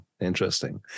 Interesting